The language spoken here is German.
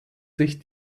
sich